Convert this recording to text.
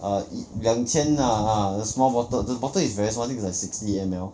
err 两千 lah ah the small bottle the bottle is very small I think it's like sixty M_L